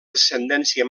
descendència